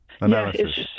analysis